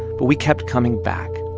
but we kept coming back.